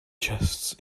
chests